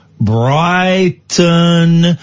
Brighton